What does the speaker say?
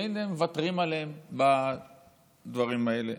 שהינה מוותרים עליהם בדברים האלה.